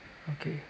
okay